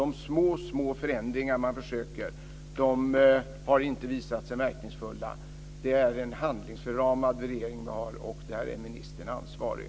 De små, små förändringar som man försöker göra har inte visat sig verkningsfulla. Det är en handlingsförlamad regering vi har, och där är ministern ansvarig.